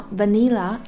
vanilla